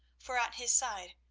for at his side,